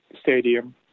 stadium